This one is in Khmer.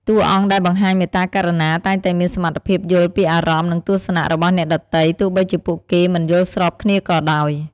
តួអង្គដែលបង្ហាញមេត្តាករុណា តែងតែមានសមត្ថភាពយល់ពីអារម្មណ៍ និងទស្សនៈរបស់អ្នកដទៃ ទោះបីជាពួកគេមិនយល់ស្របគ្នាក៏ដោយ។